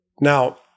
Now